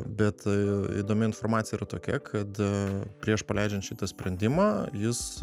bet įdomi informacija yra tokia kad prieš paleidžiant šitą sprendimą jis